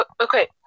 Okay